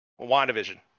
WandaVision